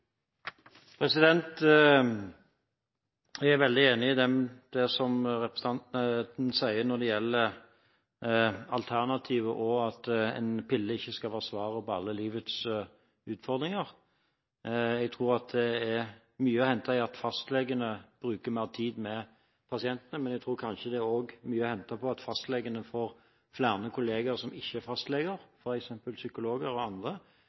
feltet? Jeg er veldig enig i det representanten sier når det gjelder alternativer, og at en pille ikke skal være svaret på alle livets utfordringer. Jeg tror det er mye å hente ved at fastlegene bruker mer tid med pasientene, men jeg tror kanskje også det er mye å hente ved at fastlegene får flere kolleger som ikke er fastleger, f.eks. psykologer og andre,